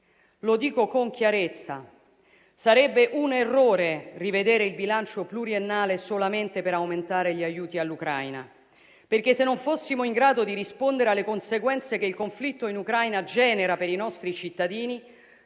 Lo dico con chiarezza: sarebbe un errore rivedere il bilancio pluriennale solamente per aumentare gli aiuti all'Ucraina perché se non fossimo in grado di rispondere alle conseguenze che il conflitto in Ucraina genera per i nostri cittadini,